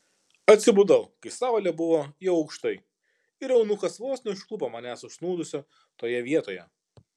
atsibudau kai saulė buvo jau aukštai ir eunuchas vos neužklupo manęs užsnūdusio toje vietoje